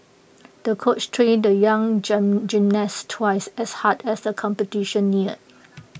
the coach trained the young gym gymnast twice as hard as the competition neared